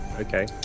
Okay